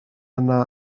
yna